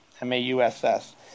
M-A-U-S-S